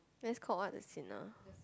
that's call what the signal